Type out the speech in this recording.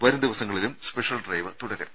വരും ദിവസങ്ങളിലും special drive തുടരും